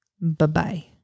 Bye-bye